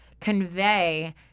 convey